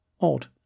Odd